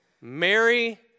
Mary